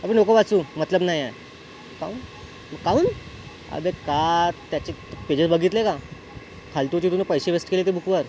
अबे नको वाचू मतलब नाही आहे काहून काहून अबे का त्याचे पेजेस बघितले का फालतूचे तू पैसे वेस्ट केले ते बुकवर